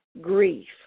grief